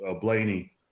Blaney